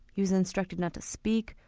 he was instructed not to speak,